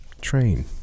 Train